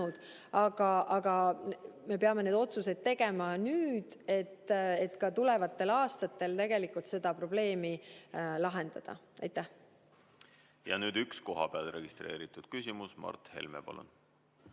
Me peame need otsused tegema nüüd, et ka tulevatel aastatel seda probleemi lahendada. Ja nüüd üks kohapeal registreeritud küsimus. Mart Helme, palun!